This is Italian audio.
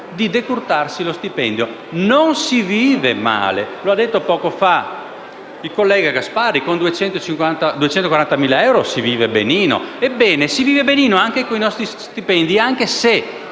di decurtarsi lo stipendio. Non si vive male, come ha detto poco fa il collega Gasparri, con 240.000 euro. Si vive benino. Ebbene, si vive benino anche con i nostri stipendi, anche se